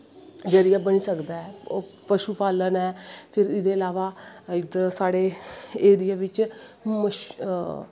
जरिया बनी सकदा ऐ पशू पालन ऐ फिर एह्दे इलावा इध्दर साढ़े एरिया बिच्च